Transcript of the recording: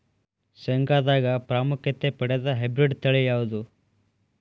ಶೇಂಗಾದಾಗ ಪ್ರಾಮುಖ್ಯತೆ ಪಡೆದ ಹೈಬ್ರಿಡ್ ತಳಿ ಯಾವುದು?